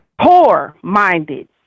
poor-minded